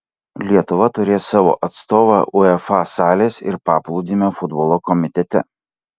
lietuva turės savo atstovą uefa salės ir paplūdimio futbolo komitete